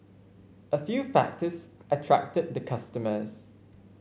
a few factors attracted the customers